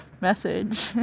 message